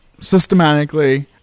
systematically